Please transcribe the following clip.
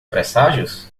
presságios